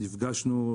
נפגשנו,